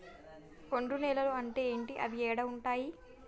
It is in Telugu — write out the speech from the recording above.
ఒండ్రు నేలలు అంటే ఏంటి? అవి ఏడ ఉంటాయి?